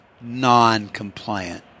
non-compliant